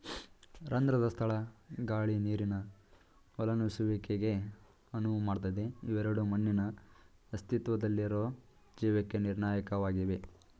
ರಂಧ್ರದ ಸ್ಥಳ ಗಾಳಿ ನೀರಿನ ಒಳನುಸುಳುವಿಕೆಗೆ ಅನುವು ಮಾಡ್ತದೆ ಇವೆರಡೂ ಮಣ್ಣಿನ ಅಸ್ತಿತ್ವದಲ್ಲಿರೊ ಜೀವಕ್ಕೆ ನಿರ್ಣಾಯಕವಾಗಿವೆ